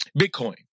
Bitcoin